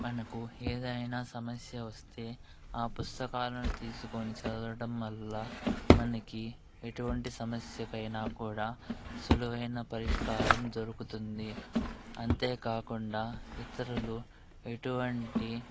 మనకు ఏదైనా సమస్య వస్తే ఆ పుస్తకాలను తీసుకొని చదవడం వల్ల మనకి ఎటువంటి సమస్యకైనా కూడా సులువైన పరిష్కారం దొరుకుతుంది అంతేకాకుండా ఇతరులు ఎటువంటి